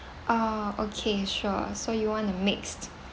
ah okay sure so you want mixed